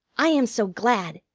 i am so glad,